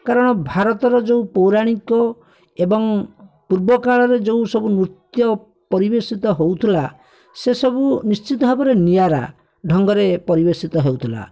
କାରଣ ଭାରତର ଯେଉଁ ପୌରାଣିକ ଏବଂ ପୂର୍ବ କାଳରେ ଯେଉଁ ନୃତ୍ୟ ପରିବେଷିତ ହେଉଥିଲା ସେସବୁ ନିଶ୍ଚିତ ଭାବରେ ନିଆରା ଢ଼ଙ୍ଗରେ ପରିବେଷିତ ହେଉଥିଲା